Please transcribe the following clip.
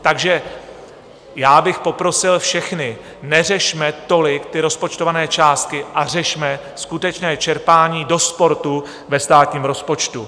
Takže já bych poprosil všechny, neřešme tolik ty rozpočtované částky a řešme skutečné čerpání do sportu ve státním rozpočtu.